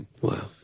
Wow